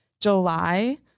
July